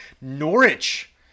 Norwich